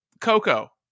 coco